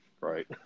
Right